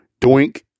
doink